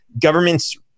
government's